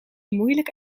moeilijk